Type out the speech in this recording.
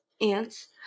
ants